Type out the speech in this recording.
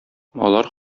алар